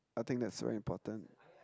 I think that's very important